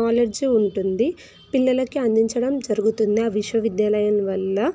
knowledge ఉంటుంది పిల్లలకి అందించడం జరుగుతుంది ఆ విశ్వవిద్యాలయాల వల్ల